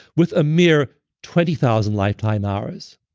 with a mere twenty thousand lifetime hours.